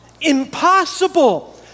Impossible